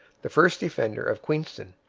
the first defender of queenston,